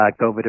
COVID